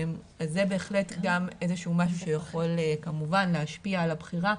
זה בהחלט גם איזשהו משהו שיכול כמובן להשפיע על הבחירה,